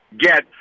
get